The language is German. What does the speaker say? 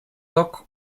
dock